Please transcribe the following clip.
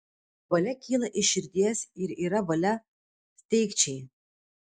valia kyla iš širdies ir yra valia steigčiai